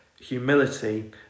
humility